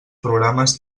programes